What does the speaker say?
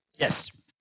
yes